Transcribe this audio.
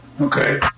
Okay